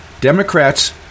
Democrats